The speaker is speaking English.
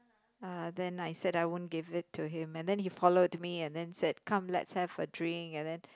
uh then I said I won't give it to him and then he followed me and then said come let's have a drink and then